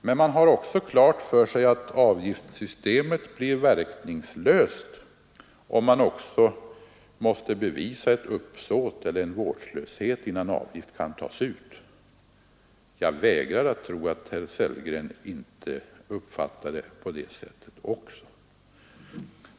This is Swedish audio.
Men man har också klart för sig att avgiftssystemet blir verkningslöst, om ett uppsåt eller en vårdslöshet måste bevisas innan avgift kan tas ut. Jag vägrar att tro att inte också herr Sellgren uppfattar det på det sättet.